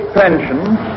pensions